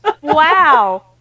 wow